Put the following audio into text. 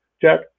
Jack